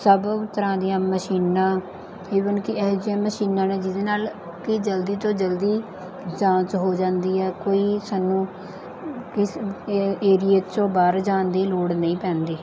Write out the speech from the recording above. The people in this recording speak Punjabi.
ਸਭ ਤਰ੍ਹਾਂ ਦੀਆਂ ਮਸ਼ੀਨਾਂ ਈਵਨ ਕਿ ਇਹੋ ਜਿਹੀਆਂ ਮਸ਼ੀਨਾਂ ਨੇ ਜਿਹਦੇ ਨਾਲ ਕਿ ਜਲਦੀ ਤੋਂ ਜਲਦੀ ਜਾਂਚ ਹੋ ਜਾਂਦੀ ਹੈ ਕੋਈ ਸਾਨੂੰ ਕਿਸੇ ਏ ਏਰੀਏ 'ਚੋਂ ਬਾਹਰ ਜਾਣ ਦੀ ਲੋੜ ਨਹੀਂ ਪੈਂਦੀ